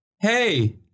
hey